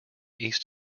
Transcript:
east